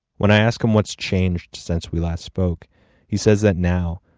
when i asked him what's changed since we last spoke he says that now,